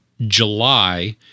July